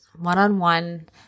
one-on-one